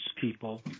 people